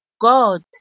God